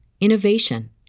innovation